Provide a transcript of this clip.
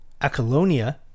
Acolonia